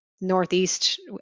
Northeast